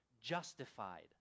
justified